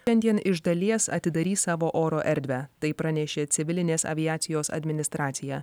šiandien iš dalies atidarys savo oro erdvę tai pranešė civilinės aviacijos administracija